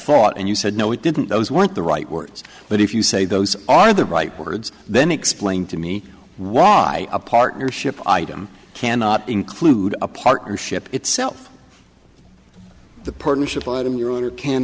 thought and you said no it didn't those weren't the right words but if you say those are the right words then explain to me why a partnership item cannot include a partnership itself the partnership part of your honor can